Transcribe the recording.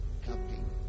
helping